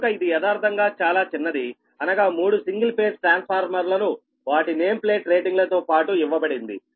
కనుక ఇది యదార్ధంగా చాలా చిన్నది అనగా మూడు సింగిల్ ఫేజ్ ట్రాన్స్ఫార్మర్లను వాటి నేమ్ ప్లేట్ రేటింగ్ లతోపాటు ఇవ్వబడింది